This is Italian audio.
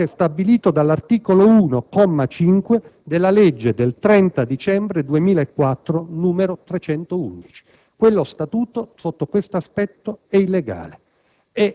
ciò che è stabilito dall'articolo 1, comma 5, della legge 30 dicembre 2004, n. 311. Lo statuto, sotto questo aspetto, è illegale.